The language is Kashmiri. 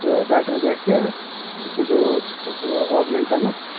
تہٕ بٮ۪ٹَر گژھِ سُہ کھیزیو آگمٮ۪نٹَنُک